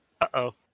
Uh-oh